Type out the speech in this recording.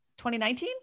2019